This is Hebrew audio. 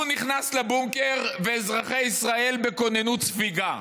הוא נכנס לבונקר, ואזרחי ישראל בכוננות ספיגה.